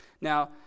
now